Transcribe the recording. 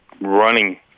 running